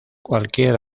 cualquier